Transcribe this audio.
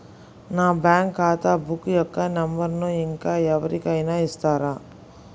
నా బ్యాంక్ ఖాతా బుక్ యొక్క నంబరును ఇంకా ఎవరి కైనా ఇస్తారా?